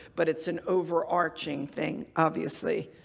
but it's an overarching thing, obviously.